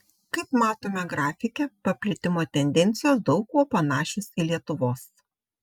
kaip matome grafike paplitimo tendencijos daug kuo panašios į lietuvos